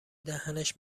دهنش